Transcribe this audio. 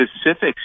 specifics